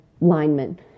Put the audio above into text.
linemen